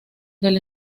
del